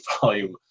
volume